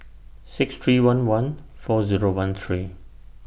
six three one one four Zero one three